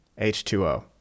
H2O